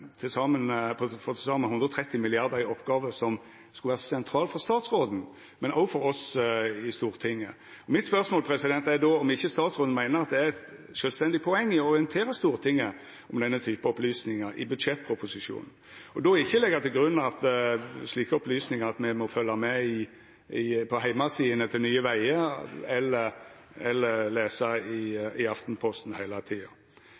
til saman 130 mrd. kr ei oppgåve som skulle vera sentralt for statsråden, men òg for oss i Stortinget. Mitt spørsmål er om ikkje statsråden meiner det er eit sjølvstendig poeng å orientera Stortinget om denne typen opplysningar i budsjettproposisjonen – og då ikkje leggja til grunn at me for å få slike opplysningar må fylgja med på heimesidene til Nye Veier eller lesa i Aftenposten heile tida.